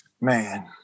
man